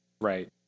Right